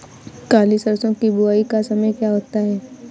काली सरसो की बुवाई का समय क्या होता है?